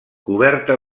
coberta